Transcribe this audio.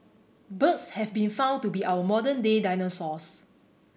birds have been found to be our modern day dinosaurs